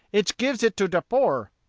ich gives it to der poor.